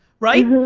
right?